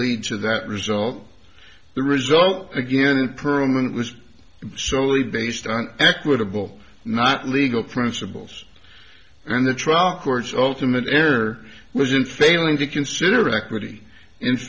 lead to that result the result again perlman was soley based on equitable not legal principles and the trial court's ultimate error was in failing to consider equity